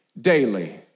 daily